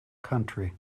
country